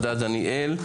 תודה, דניאל.